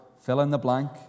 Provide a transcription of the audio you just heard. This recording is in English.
fill-in-the-blank